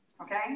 Okay